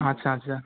আচ্ছা আচ্ছা